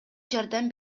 жардам